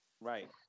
Right